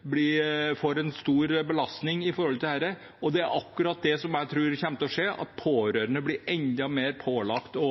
blir enda sterkere pålagt å